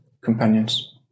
companions